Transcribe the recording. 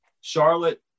Charlotte